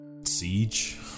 Siege